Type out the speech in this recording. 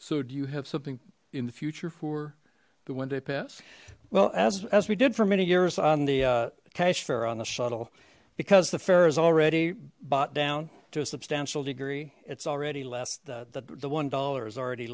so do you have something in the future for the one day pass well as we did for many years on the cash fare on the shuttle because the fare is already bought down to a substantial degree it's already less that the one dollar is already